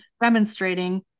demonstrating